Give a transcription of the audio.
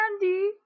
candy